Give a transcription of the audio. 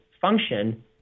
function